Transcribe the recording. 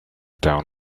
town